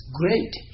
great